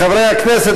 חברי הכנסת,